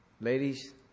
Ladies